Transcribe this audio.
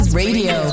radio